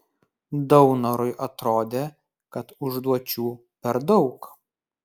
daunorui atrodė kad užduočių per daug